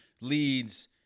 leads